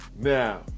Now